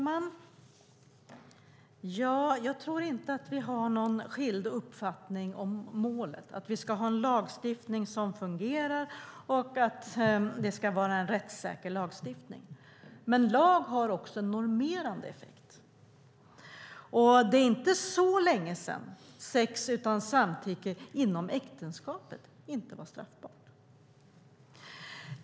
Herr talman! Jag tror inte att vi har en skild uppfattning om målet att vi ska en lagstiftning som fungerar och att den ska vara rättssäker. Lag har dock även en normerande effekt, och det är inte så länge sedan sex utan samtycke inom äktenskapet inte var straffbart.